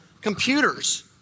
computers